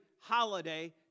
holiday